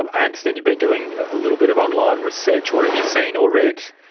and i understand you've been doing a little bit of online research, what have you seen or read?